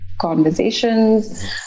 Conversations